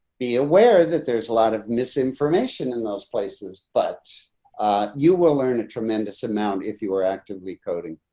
be aware that there's a lot of misinformation in those places. but you will learn a tremendous amount if you were actively coding.